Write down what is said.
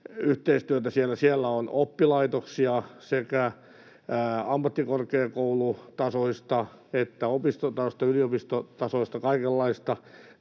yhteistyötä. Siellä on oppilaitoksia, sekä ammattikorkeakoulutasoista että opistotasoista, yliopistotasoista,